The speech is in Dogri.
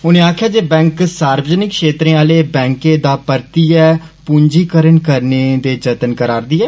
उनें आक्खेआ जे सरकार सार्वजनिक क्षेत्रें आले बैंकें दा परतियै पंजीकरण करने दे यतन करारदी ऐ